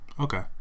Okay